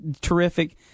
terrific